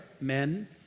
men